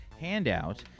handout